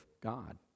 God